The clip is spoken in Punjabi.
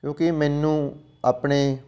ਕਿਉਂਕਿ ਮੈਨੂੰ ਆਪਣੇ